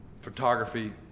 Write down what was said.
photography